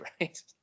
right